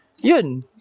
Yun